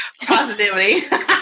positivity